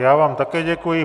Já vám také děkuji.